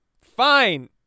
Fine